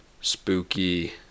spooky